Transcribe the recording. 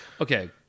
Okay